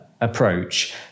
Approach